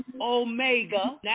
Omega